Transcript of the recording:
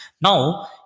now